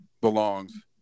belongs